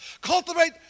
Cultivate